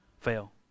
fail